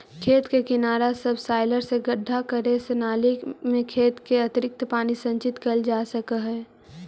खेत के किनारा सबसॉइलर से गड्ढा करे से नालि में खेत के अतिरिक्त पानी संचित कइल जा सकऽ हई